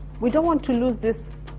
we don't want to lose this